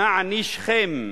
נענישכם,